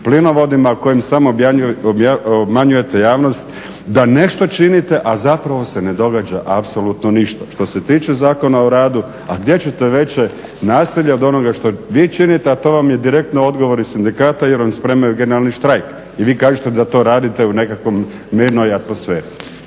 plinovodima kojim samo obmanjujete javnost da nešto činite, a zapravo se ne događa apsolutno ništa. Što se tiče Zakona o radu, a gdje ćete veće nasilje od onoga što vi činite, a to vam je direktno odgovor iz sindikata jer vam spremaju generalni štrajk, i vi kažete da to radite u nekakvoj mirnoj atmosferi.